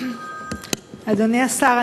אדוני השר,